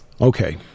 Okay